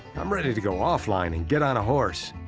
i'm ready to go offline and get on a horse.